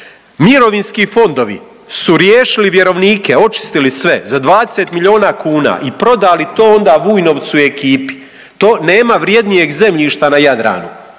Mirovinski fondovi su riješili vjerovnike očistili sve za 20 milijuna kuna i prodali to onda Vujnovcu i ekipi, to nema vrjednijeg zemljišta na Jadranu,